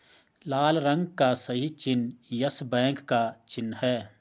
लाल रंग का सही चिन्ह यस बैंक का चिन्ह है